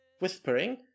whispering